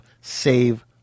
Save